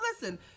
listen